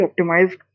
optimized